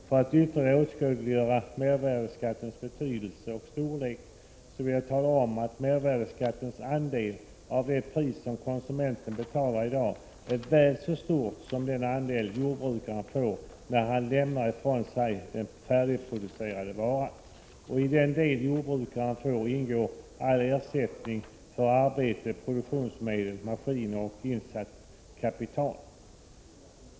För att ytterligare åskådliggöra mervärdeskattens betydelse och storlek vill jag tala om att mervärdeskattens andel av det pris som konsumenten betalar i dag är väl så stor som den andel jordbrukaren får när han lämnar ifrån sig den färdigproducerade varan. Ochi den del jordbrukaren får ingår all ersättning för arbete, produktionsmedel, maskiner och insatt kapital.